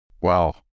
Wow